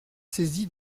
saisi